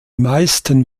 meisten